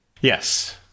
Yes